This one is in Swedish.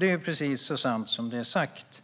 Det är precis så sant som det är sagt.